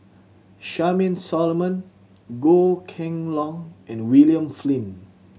Charmaine Solomon Goh Kheng Long and William Flint